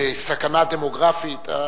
סכנה דמוגרפית.